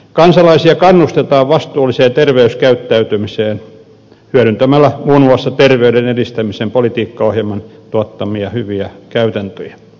kansalaisia kannustetaan vastuulliseen terveyskäyttäytymiseen hyödyntämällä muun muassa terveyden edistämisen politiikkaohjelman tuottamia hyviä käytäntöjä